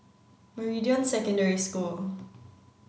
Meridian Secondary School